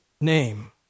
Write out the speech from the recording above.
name